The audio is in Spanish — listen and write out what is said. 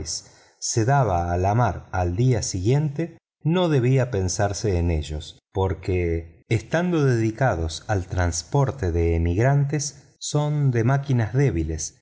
se daba a la mar al día siguiente no debía pensarse en ellos porque estando dedicados al transporte de emigrantes son de máquinas débiles